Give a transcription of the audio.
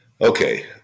Okay